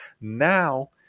now